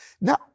Now